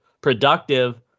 productive